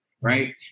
right